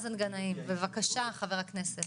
גנאים, בבקשה חבר הכנסת.